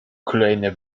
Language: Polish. kolejne